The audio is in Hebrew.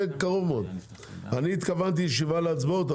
אני התכוננתי לישיבה להצבעות,